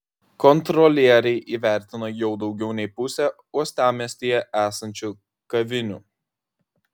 kontrolieriai įvertino jau daugiau nei pusę uostamiestyje esančių kavinių